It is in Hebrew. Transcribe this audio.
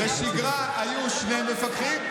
בשגרה היו שני מפקחים.